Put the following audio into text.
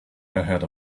ahead